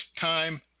time